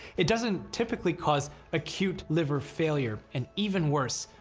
it doesn't typically cause acute liver failure, and even worse,